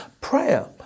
Prayer